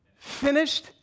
Finished